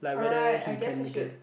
alright I guess I should